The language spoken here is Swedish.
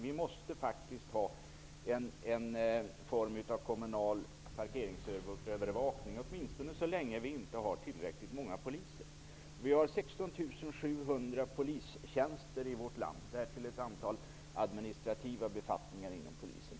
Vi måste faktiskt ha någon form av kommunal parkeringsövervakning, åtminstone så länge det inte finns tillräckligt många poliser. Det finns 16 700 polistjänster i vårt land. Därtill kommer ett antal administrativa befattningar inom Polisen.